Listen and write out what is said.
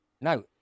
Now